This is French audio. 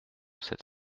sept